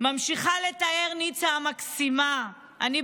ממשיכה לתאר ניצה המקסימה: אני,